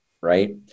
right